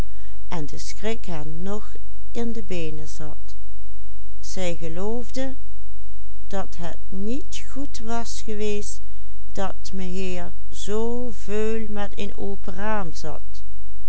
dat het niet goed was geweest dat meheer zoo veul met een open raam zat